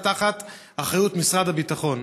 שנמצאים תחת אחריות משרד הביטחון.